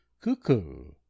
cuckoo